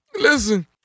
Listen